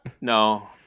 No